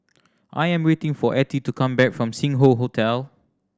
I am waiting for Ethie to come back from Sing Hoe Hotel